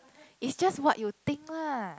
is just what you think lah